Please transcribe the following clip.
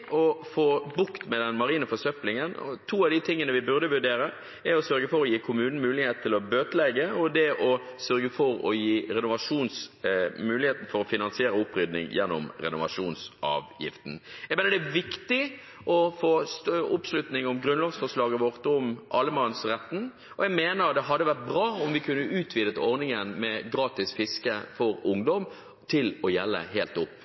få bukt med den marine forsøplingen. To av de tingene vi burde vurdere, er å sørge for å gi kommunen mulighet for å bøtelegge og mulighet for å finansiere opprydning gjennom renovasjonsavgiften. Jeg mener det er viktig å få oppslutning om grunnlovsforslaget vårt om allemannsretten, og jeg mener det hadde vært bra om man kunne utvidet ordningen med gratis fiske for ungdom til å gjelde helt opp